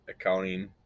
accounting